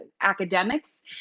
academics